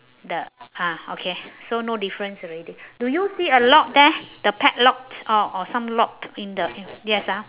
the ah okay so no difference already do you see a lock there the padlocks or or some locks in the mm yes ah